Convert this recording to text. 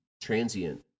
transient